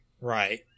Right